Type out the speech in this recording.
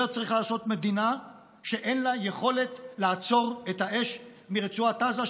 את זה צריכה לעשות מדינה שאין לה יכולת לעצור את האש מרצועת עזה,